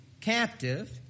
captive